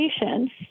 patients